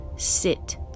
sit